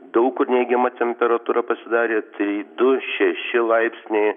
daug kur neigiama temperatūra pasidarė tai du šeši laipsniai